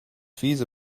fiese